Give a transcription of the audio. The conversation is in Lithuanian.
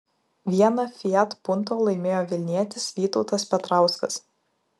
vieną fiat punto laimėjo vilnietis vytautas petrauskas